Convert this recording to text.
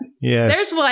Yes